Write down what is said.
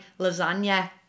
lasagna